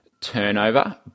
turnover